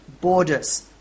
borders